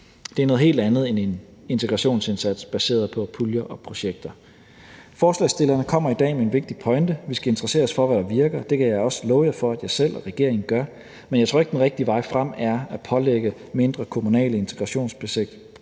Det er noget helt andet end en integrationsindsats baseret på puljer og projekter. Forslagsstillerne kommer i dag med en vigtig pointe. Vi skal interessere os for, hvad der virker, og det kan jeg også love jer for, at jeg selv og regeringen gør. Men jeg tror ikke, at den rigtige vej frem er at pålægge mindre kommunale integrationsprojekter